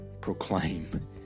proclaim